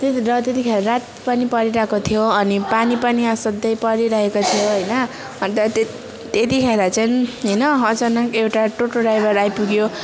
त्यति र त्यतिखेर रात पनि परिरहेको थियो अनि पानी पनि आसाध्यै परिरहेको थियो होइन अन्त त्यति त्यतिखेर चाहिँ होइन अचानक एउटा टोटो ड्राइभर आइपुग्यो